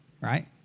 right